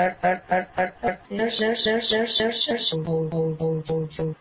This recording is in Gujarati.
પ્રકાર સાથે પ્રદર્શન સુસંગત હોવું જોઈએ